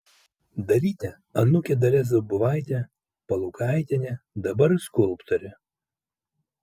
dalytė anūkė dalia zubovaitė palukaitienė dabar skulptorė